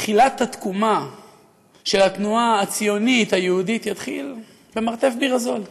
שתחילת התקומה של התנועה הציונית היהודית תתחיל במרתף בירה זול?